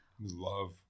Love